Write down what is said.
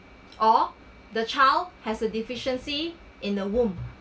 or the child has a deficiency in the womb